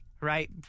right